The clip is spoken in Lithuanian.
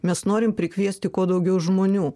mes norim prikviesti kuo daugiau žmonių